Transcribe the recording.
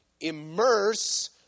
Immerse